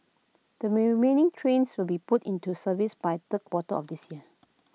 the remaining trains will be put into service by third quarter of this year